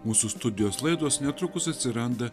mūsų studijos laidos netrukus atsiranda